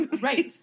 right